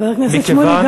חבר הכנסת שמולי,